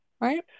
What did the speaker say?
right